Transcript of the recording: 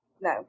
no